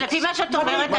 אז לפי מה שאת אומרת,